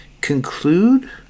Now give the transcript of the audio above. conclude